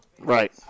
Right